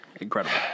Incredible